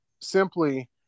simply